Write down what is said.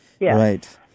Right